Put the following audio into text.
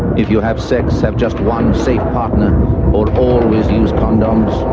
if you have sex, have just one safe partner or always use condoms.